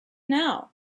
now